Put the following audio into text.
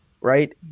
right